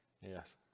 Yes